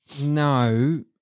No